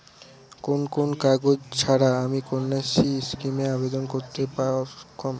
কোন কোন কাগজ ছাড়া আমি কন্যাশ্রী স্কিমে আবেদন করতে অক্ষম?